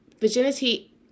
virginity